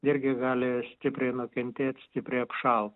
irgi gali stipriai nukentėt stipriai apšalt